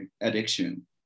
addiction